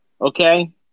Okay